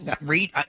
read